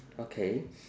okay